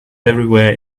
everywhere